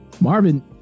Marvin